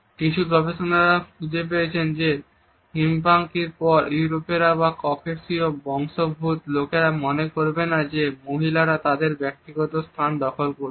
কিছু গবেষকরা খুঁজে পেয়েছে যে হিস্পানিকের পর ইউরোপীয়রা বা ককেশীয় বংশোদ্ভূত লোকেরা মনে করবে না যে মহিলারা তাদের ব্যক্তিগত স্থান দখল করছে